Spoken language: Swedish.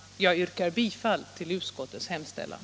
Jag yrkar bifall till utskottets hemställan.